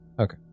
Okay